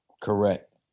Correct